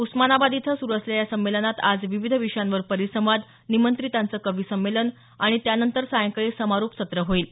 उस्मानाबाद इथं सुरू असलेल्या या संमलेनात आज विविध विषयांवर परिसंवाद निमंत्रितांचं कविसंमेलन आणि त्यानंतर सायंकाळी समारोप सत्र होईल